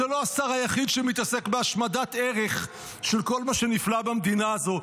זה לא השר היחיד שמתעסק בהשמדת ערך של כל מה שנפלא במדינה הזו.